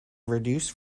reduce